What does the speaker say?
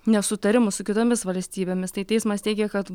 nesutarimų su kitomis valstybėmis tai teismas teigia kad